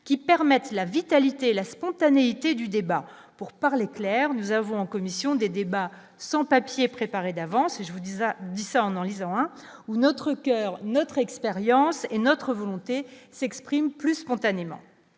qui permettent la vitalité, la spontanéité du débat pour parler clair, nous avons commission des débats sans papiers préparés d'avance, je vous dis à 10 en en lisant ou notre coeur, notre expérience et notre volonté s'exprime plus spontanément,